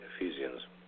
Ephesians